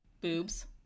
boobs